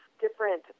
different